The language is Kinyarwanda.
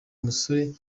umusore